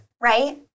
right